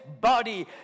body